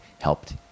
helped